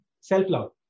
self-love